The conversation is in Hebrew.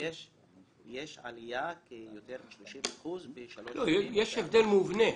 בלי שום קשר, יש הבדל מובנה.